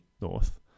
North